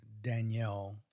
Danielle